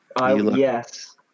Yes